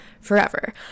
forever